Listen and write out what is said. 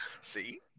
See